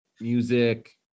music